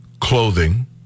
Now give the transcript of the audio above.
clothing